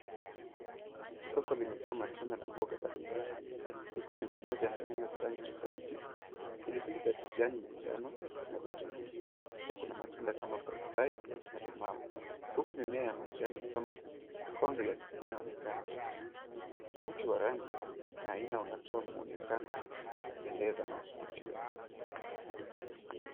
Soko limejaa matunda na mboga mbali mbali, ikiwa ni pamoja na nyanya za rangi tofauti, pilipili za kijani na njano na vitunguu. Pia kuna matunda kama pai pai na limau. Huku mimea ya majani kama corriander inaonekana. Utofauti wa rangi na aina unatoa mwonekano wa kupendeza na kuvutia.